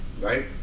Right